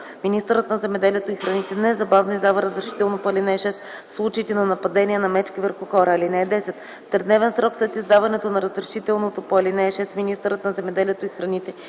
министърът на земеделието и храните незабавно издава разрешително по ал. 6 в случаите на нападения на мечки върху хора. (10) В тридневен срок след издаването на разрешителното по ал. 6, министърът на земеделието и храните